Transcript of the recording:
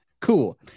cool